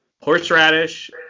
horseradish